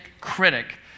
critic